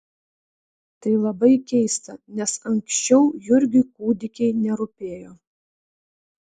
tai labai keista nes anksčiau jurgiui kūdikiai nerūpėjo